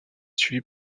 suivi